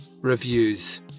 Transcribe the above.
Reviews